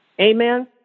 Amen